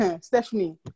Stephanie